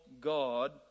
God